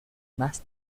más